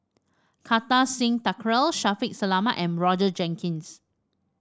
Kartar Singh Thakral Shaffiq Selamat and Roger Jenkins